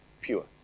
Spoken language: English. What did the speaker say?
pure